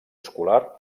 escolar